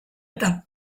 eta